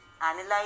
analyze